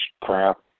crap